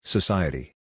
Society